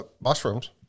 Mushrooms